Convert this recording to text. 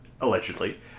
allegedly